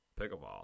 pickleball